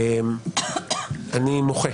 אני מוחה